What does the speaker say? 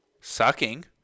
sucking